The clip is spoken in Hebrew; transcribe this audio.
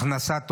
הכנסת אורחים,